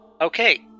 Okay